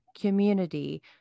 community